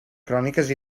cròniques